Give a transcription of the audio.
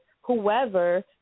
whoever